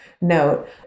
note